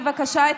בבקשה,